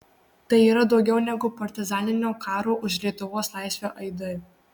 tai yra daugiau negu partizaninio karo už lietuvos laisvę aidai